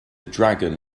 dragon